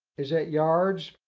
is at yards.